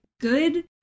good